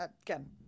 again